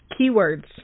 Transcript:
keywords